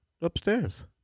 Upstairs